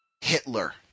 Hitler